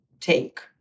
take